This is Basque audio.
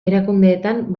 erakundeetan